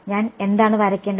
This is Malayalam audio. ഞാൻ എന്താണ് വരയ്ക്കേണ്ടത്